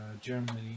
Germany